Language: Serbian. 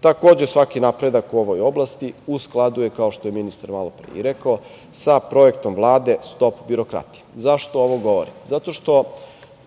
Takođe, svaki napred u ovoj oblasti u skladu je, kao što je ministar malopre rekao, sa Projektom Vlade "Stop birokratiji". Zašto ovo govorim? Zato što